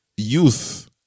Youth